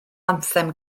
anthem